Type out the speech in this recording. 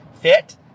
fit